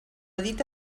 dita